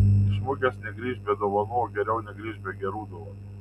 iš mugės negrįžk be dovanų o geriau negrįžk be gerų dovanų